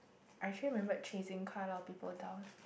I still remembered chasing quite a lot of people down